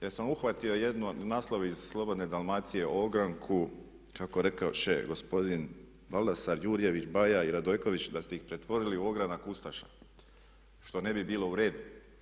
Ja sam uhvatio jedan naslov iz Slobodne Dalmacije o ogranku kako rekoše gospodin Baldasar, Jurjević, Baja i Radojković da ste ih pretvorili u ogranak ustaša što ne bi bilo u redu.